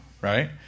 right